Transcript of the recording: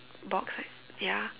box ya